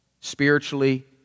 spiritually